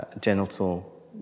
genital